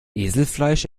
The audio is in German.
eselfleisch